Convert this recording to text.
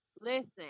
listen